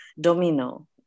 domino